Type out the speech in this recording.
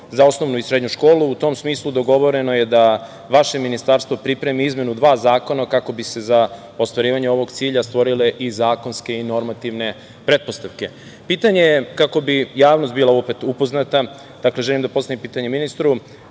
za osnovnu i srednju školu. U tom smislu dogovoreno je da vaše ministarstvo pripremi izmenu dva zakona kako bi se za ostvarivanje ovog cilja stvorile i zakonske i normativne pretpostavke. Pitanje je, kako bi javnost bila opet upoznata, dakle, želim da postavim pitanje ministru